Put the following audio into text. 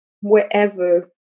wherever